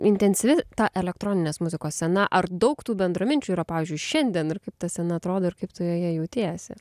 intensyvi ta elektroninės muzikos scena ar daug tų bendraminčių yra pavyzdžiui šiandien ir kaip ta scena atrodo ir kaip tu joje jautiesi